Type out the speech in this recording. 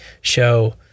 show